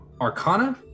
Arcana